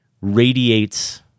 radiates